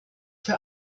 für